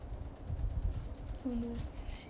mm